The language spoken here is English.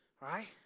Right